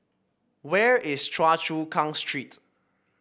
where is Choa Chu Kang Street